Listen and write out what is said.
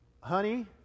Honey